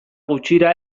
gutxira